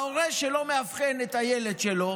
הורה שלא מאבחן את הילד שלו